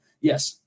yes